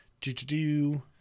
Do-do-do